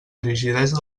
rigidesa